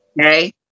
Okay